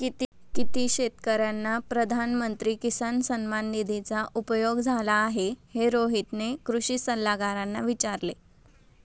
किती शेतकर्यांना प्रधानमंत्री किसान सन्मान निधीचा उपयोग झाला आहे, हे रोहितने कृषी सल्लागारांना विचारले